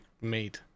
made